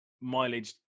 mileage